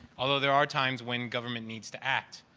although there are times when government needs to act.